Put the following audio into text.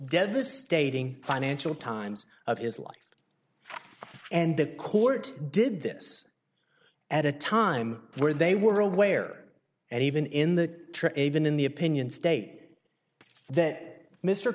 devastating financial times of his life and the court did this at a time where they were aware and even in the trade been in the opinion state that mr